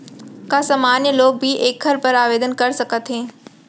का सामान्य लोग भी एखर बर आवदेन कर सकत हे?